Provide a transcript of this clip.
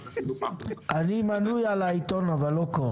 אני בטוח